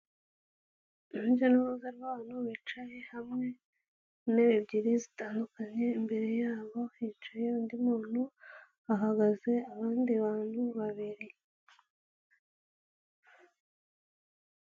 Urujya n'uruza rw'abantu bicaye hamwe ku ntebe ebyiri zitandukanye, imbere yabo hicaye undi muntu, hahagaze abandi bantu babiri.